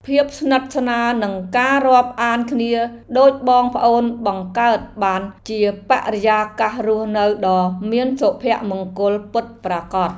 ភាពស្និទ្ធស្នាលនិងការរាប់អានគ្នាដូចបងប្អូនបង្កើតបានជាបរិយាកាសរស់នៅដ៏មានសុភមង្គលពិតប្រាកដ។